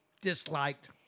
disliked